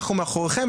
אנחנו מאחוריכם.